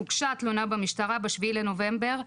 הוגשה תלונה במשטרה ב-7 לנובמבר,